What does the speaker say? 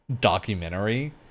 documentary